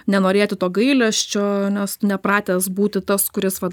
nenorėti to gailesčio nes nepratęs būti tas kuris vat